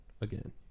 again